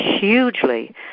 hugely